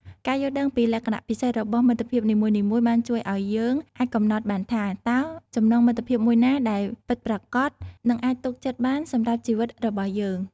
ការយល់ដឹងពីលក្ខណៈពិសេសរបស់មិត្តភាពនីមួយៗបានជួយឲ្យយើងអាចកំណត់បានថា តើចំណងមិត្តភាពមួយណាដែលពិតប្រាកដនិងអាចទុកចិត្តបានសម្រាប់ជីវិតរបស់យើង។